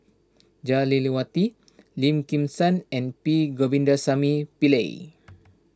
Jah Lelawati Lim Kim San and P Govindasamy Pillai